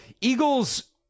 Eagles